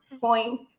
point